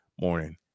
morning